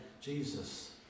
Jesus